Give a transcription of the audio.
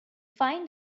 find